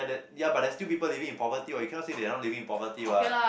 that ya but there are still people living in poverty what you cannot say they are not living in poverty [what]